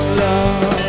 love